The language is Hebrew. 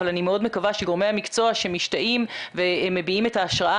אבל אני מאוד מקווה שגורמי המקצוע שמשתאים ומביעים את ההשראה